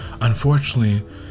unfortunately